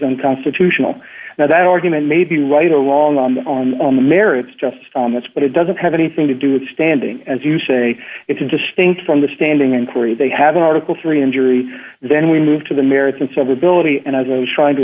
unconstitutional now that argument may be right or wrong on the on on the merits just on this but it doesn't have anything to do with standing as you say it's distinct from the standing inquiry they have an article three injury then we move to the merits of ability and i was trying to